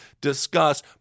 discuss